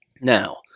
Now